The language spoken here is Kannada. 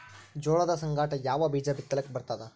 ಜೋಳದ ಸಂಗಾಟ ಯಾವ ಬೀಜಾ ಬಿತಲಿಕ್ಕ ಬರ್ತಾದ?